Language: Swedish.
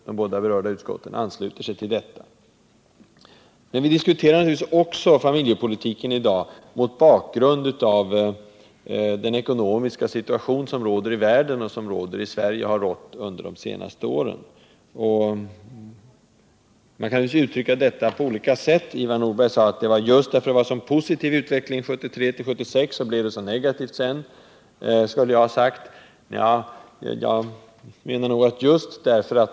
De båda berörda utskotten ansluter sig också till den linjen. Men vidiskuterar också familjepolitiken mot bakgrund av den ekonomiska situation som råder och som har rått under de senaste åren i Sverige och i världen. Man kan naturligtvis uttrycka detta på olika sätt. Ivar Nordberg påstod att jag skulle ha sagt att det var just på grund av den positiva utvecklingen 1973-1976 som det blev så negativt sedan.